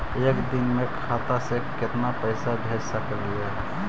एक दिन में खाता से केतना पैसा भेज सकली हे?